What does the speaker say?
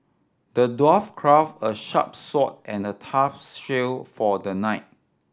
the dwarf crafted a sharp sword and a tough shield for the knight